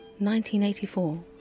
1984